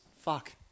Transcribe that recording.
fuck